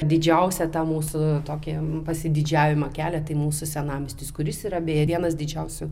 didžiausią ta mūsų tokį pasididžiavimą kelia tai mūsų senamiestis kuris yra beje vienas didžiausių